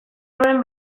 nuen